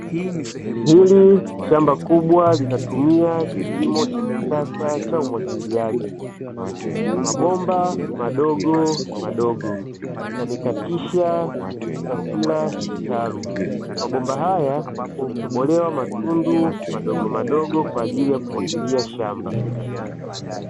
Hili shamba kubwa linatumia kilimo cha kisasa cha umwagiliaji. Mabomba madogomadogo yamekatisha katika kila kitalu. Mabomba haya yametobolewa matundu madogomadogo kwa ajili ya kumwagilia shamba.